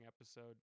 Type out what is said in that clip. episode